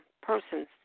persons